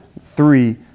Three